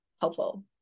helpful